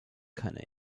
keine